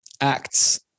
Acts